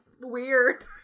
weird